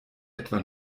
etwa